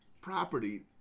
property